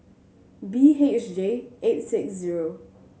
B H J eight six zero